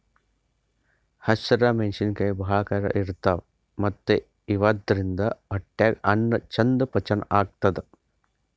ಹಸ್ರ್ ಮೆಣಸಿನಕಾಯಿ ಭಾಳ್ ಖಾರ ಇರ್ತವ್ ಮತ್ತ್ ಇವಾದ್ರಿನ್ದ ಹೊಟ್ಯಾಗ್ ಅನ್ನಾ ಚಂದ್ ಪಚನ್ ಆತದ್